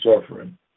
suffering